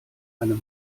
einem